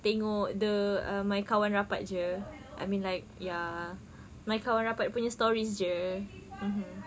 tengok the my kawan rapat jer I mean like ya my kawan rapat punya stories jer mmhmm